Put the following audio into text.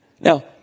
Now